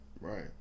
right